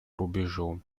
рубежом